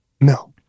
No